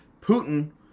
Putin